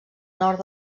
nord